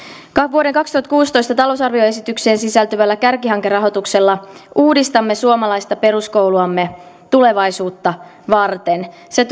vuoden kaksituhattakuusitoista talousarvioesitykseen sisältyvällä kärkihankerahoituksella uudistamme suomalaista peruskouluamme tulevaisuutta varten se